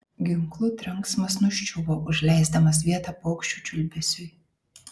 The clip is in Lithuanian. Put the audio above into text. ginklų trenksmas nuščiuvo užleisdamas vietą paukščių čiulbesiui